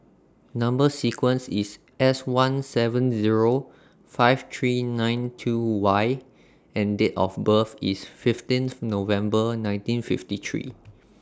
Number sequence IS S one seven Zero five three nine two Y and Date of birth IS fifteenth November nineteen fifty three